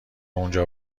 اونجا